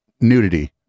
nudity